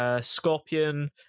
Scorpion